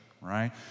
right